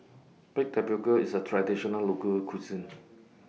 Baked Tapioca IS A Traditional Local Cuisine